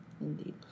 Indeed